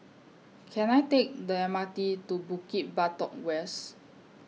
Can I Take The M R T to Bukit Batok West